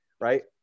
Right